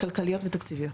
כלכליות ותקציביות.